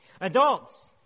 Adults